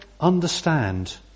understand